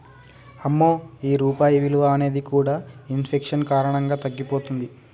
అమ్మో ఈ రూపాయి విలువ అనేది కూడా ఇన్ఫెక్షన్ కారణంగా తగ్గిపోతుంది